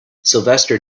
sylvester